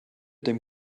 dem